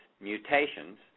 mutations